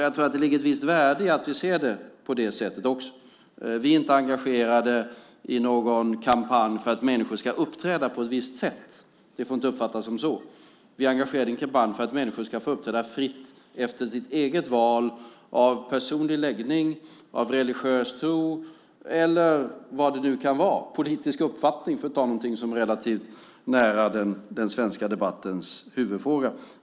Jag tror att det ligger ett visst värde i att vi ser det på det sättet också. Vi är inte engagerade i någon kampanj för att människor ska uppträda på ett visst sätt. Det får inte uppfattas så. Vi är engagerade i en kampanj för att människor ska få uppträda fritt efter sitt eget val av personlig läggning, av religiös tro eller vad det nu kan vara, politisk uppfattning, för att ta någonting som är relativt nära den svenska debattens huvudfåra.